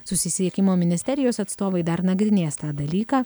susisiekimo ministerijos atstovai dar nagrinės tą dalyką